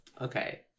Okay